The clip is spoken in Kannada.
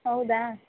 ಹೌದಾ